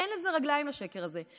אין לזה רגליים, לשקר הזה.